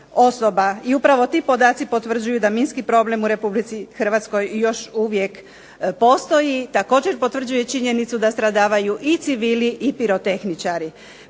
i upravo ti podaci potvrđuju da minski problem u RH i još uvijek postoji. Također potvrđuje činjenicu da stradavaju i civili i pirotehničari.